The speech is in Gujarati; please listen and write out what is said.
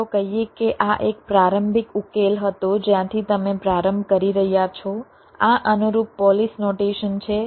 ચાલો કહીએ કે આ એક પ્રારંભિક ઉકેલ હતો જ્યાંથી તમે પ્રારંભ કરી રહ્યાં છો આ અનુરૂપ પોલિશ નોટેશન છે